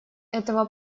этого